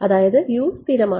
അതായത് സ്ഥിരമാണ്